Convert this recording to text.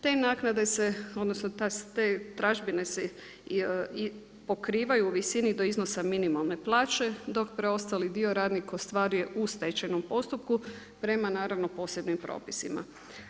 Te naknade se, odnosno te tražbine se pokrivaju u visini do iznosa minimalne plaće, dok preostali dio radnik ostvaruje u stečajnom postupku prema naravno posebnim propisima.